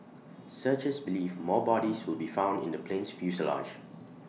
searchers believe more bodies will be found in the plane's fuselage